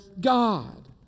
God